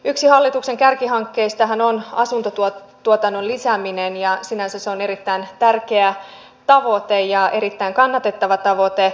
yksi hallituksen kärkihankkeistahan on asuntotuotannon lisääminen ja sinänsä se on eritäin tärkeä ja erittäin kannatettava tavoite